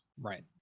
right